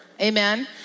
amen